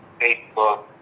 Facebook